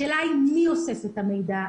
השאלה היא מי אוסף את המידע,